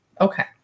okay